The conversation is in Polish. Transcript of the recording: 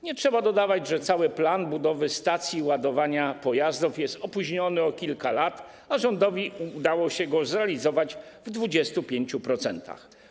Nie trzeba dodawać, że cały plan budowy stacji ładowania pojazdów jest opóźniony o kilka lat, a rządowi udało się go zrealizować w 25%.